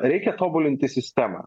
reikia tobulinti sistemą